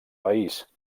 país